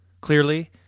clearly